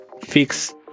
fix